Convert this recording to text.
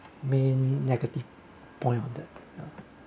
negative point of that ya